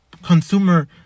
consumer